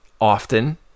often